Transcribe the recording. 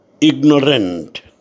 ignorant